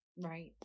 Right